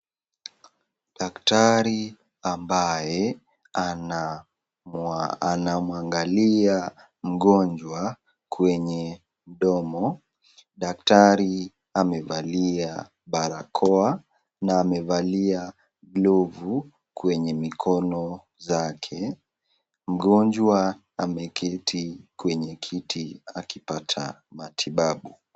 Daktari ambaye anamwangalia mgonjwa kwenye mdomo, daktari amevalia barakoa na amevalia glovu kwenye mikono zake, mgonjwa ameketi kwenye kiti akipata matibabu.